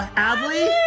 adley?